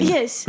Yes